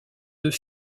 deux